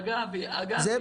אגב, עם